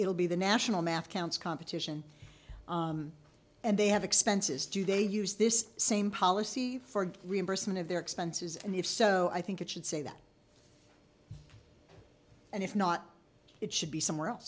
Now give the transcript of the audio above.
it'll be the national math counts competition and they have expenses do they use this same policy for reimbursement of their expenses and if so i think it should say that and if not it should be somewhere else